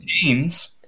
teams